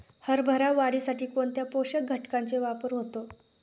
हरभरा वाढीसाठी कोणत्या पोषक घटकांचे वापर होतो?